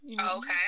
Okay